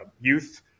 youth